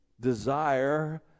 desire